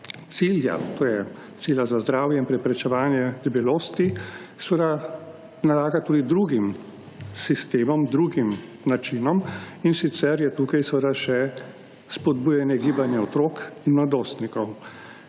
cilja, to je cilja za zdravje in preprečevanje debelosti, seveda nalaga tudi drugim sistemom, drugim načinom, in sicer je tukaj seveda še spodbujanje gibanja otrok in mladostnikov.